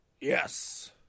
Yes